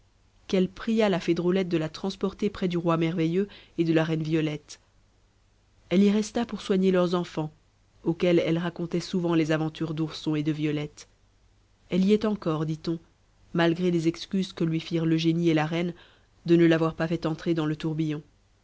qu'elle pria la fée drôlette de la transporter près du roi merveilleux et de la reine violette elle y resta pour soigner leurs enfants auxquels elle racontait souvent les aventures d'ourson et de violette elle y est encore dit-on malgré les excuses que lui firent le génie et la reine de ne l'avoir pas fait entrer dans le tourbillon